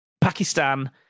Pakistan